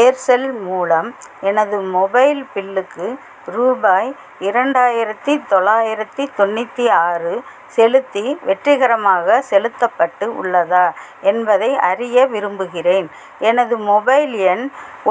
Aircel மூலம் எனது mobile பில்லுக்கு ரூபாய் இரண்டாயிரத்து தொளாயிரத்து தொண்ணிற்றி ஆறு செலுத்தி வெற்றிகரமாக செலுத்தப்பட்டு உள்ளதா என்பதை அறிய விரும்புகிறேன் எனது மொபைல் எண்